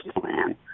plan